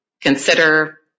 consider